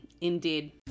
indeed